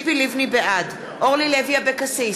בעד אורלי לוי אבקסיס,